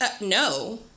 No